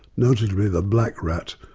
notably the black rat,